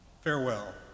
farewell